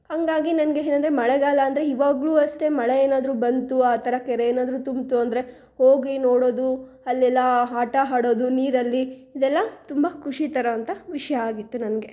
ಹಂಗಾಗಿ ನನಗೆ ಏನಂದ್ರೆ ಮಳೆಗಾಲ ಅಂದರೆ ಇವಾಗ್ಲೂ ಅಷ್ಟೇ ಮಳೆ ಏನಾದರೂ ಬಂತು ಆ ಥರ ಕೆರೆ ಏನಾದರೂ ತುಂಬಿತು ಅಂದರೆ ಹೋಗಿ ನೋಡೋದು ಅಲ್ಲೆಲ್ಲಾ ಆಟ ಆಡೋದು ನೀರಲ್ಲಿ ಇದೆಲ್ಲ ತುಂಬ ಖುಷಿ ತರೋವಂಥ ವಿಷಯ ಆಗಿತ್ತು ನನಗೆ